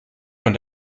von